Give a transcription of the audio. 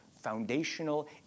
foundational